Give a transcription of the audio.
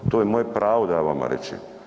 To je moje pravo da ja vama rečem.